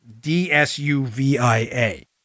d-s-u-v-i-a